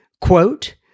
quote